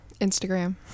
Instagram